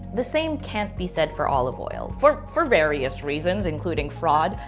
the same can't be said for olive oil for for various reasons, including fraud,